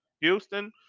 Houston